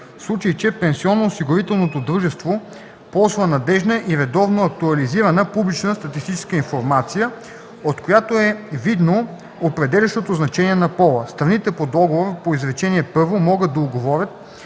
в случай че пенсионноосигурителното дружество ползва надеждна и редовно актуализирана публична статистическа информация, от която е видно определящото значение на пола. Страните по договорите по изречение първо могат да уговорят,